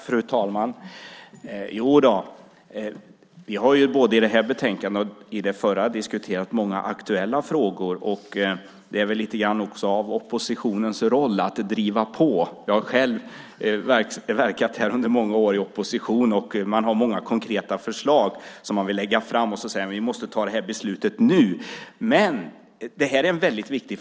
Fru talman! Jodå, vi har både i det här betänkandet och i förra betänkandet diskuterat många aktuella frågor. Men det är väl lite grann av oppositionens roll att driva på. Själv har jag i många år här verkat i opposition. Man har många konkreta förslag som man vill lägga fram och säger att beslut måste tas "nu". Frågan är väldigt viktig.